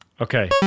Okay